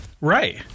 Right